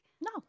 No